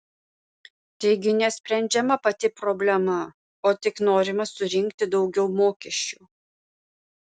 taigi nesprendžiama pati problema o tik norima surinkti daugiau mokesčių